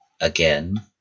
again